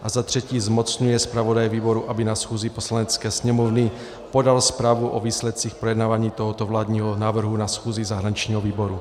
III. zmocňuje zpravodaje výboru, aby na schůzi Poslanecké sněmovny podal zprávu o výsledcích projednávání tohoto vládního návrhu na schůzi zahraničního výboru.